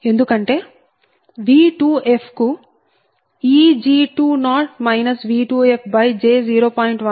ఎందుకంటే V2f కు Eg20 V2f j0